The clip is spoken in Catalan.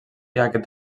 aquest